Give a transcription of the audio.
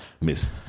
Miss